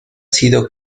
sido